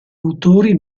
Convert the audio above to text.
autori